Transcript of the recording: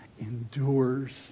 endures